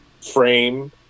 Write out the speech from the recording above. frame